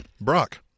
Brock